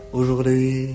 Aujourd'hui